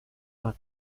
vingt